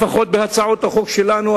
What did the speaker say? לפחות בהצעות החוק שלנו,